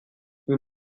ils